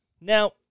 Now